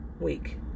week